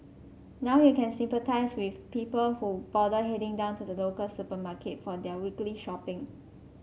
now you can sympathise with people who bother heading down to the local supermarket for their weekly shopping